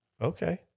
Okay